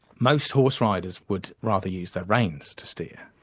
most horse riders would rather use their reins to steer,